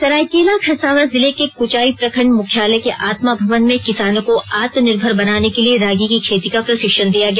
सरायकेला खरसावां जिले के कुचाई प्रखंड मुख्यालय के आत्मा भवन में किसानों को आत्मनिर्भर बनाने के लिए रागी की खेती का प्रशिक्षण दिया गया